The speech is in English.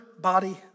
body